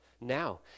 now